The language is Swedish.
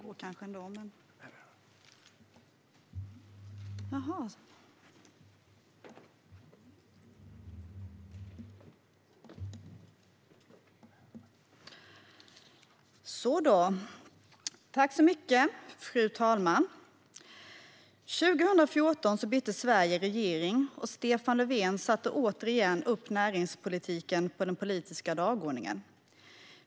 År 2014 bytte Sverige regering, och Stefan Löfven satte återigen upp näringspolitiken på den politiska dagordningen.